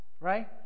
right